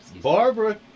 Barbara